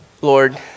Lord